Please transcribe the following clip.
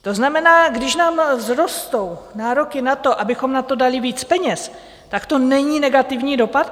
To znamená, když nám vzrostou nároky na to, abychom na to dali víc peněz, tak to není negativní dopad?